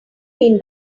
mean